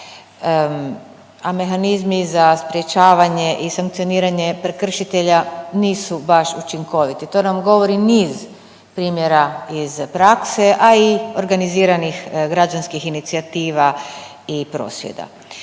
a mehanizmi za sprječavanje i sankcioniranje prekršitelja nisu baš učinkoviti. To nam govori niz primjera iz prakse, a i organiziranih građanskih inicijativa i prosvjeda.